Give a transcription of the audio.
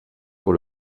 pour